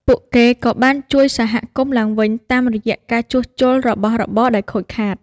ពួកគេក៏បានជួយសហគមន៍ឡើងវិញតាមរយៈការជួសជុលរបស់របរដែលខូចខាត។